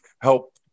help